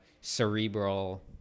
cerebral